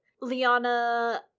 Liana